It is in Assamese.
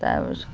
তাৰপিছত